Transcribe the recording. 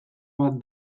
bat